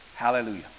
Hallelujah